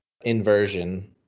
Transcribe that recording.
inversion